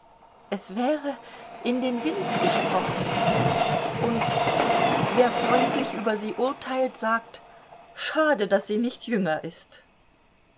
es wäre in den wind gesprochen und wer freundlich über sie urteilt sagt schade daß sie nicht jünger ist